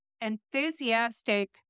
enthusiastic